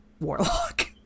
Warlock